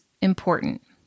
important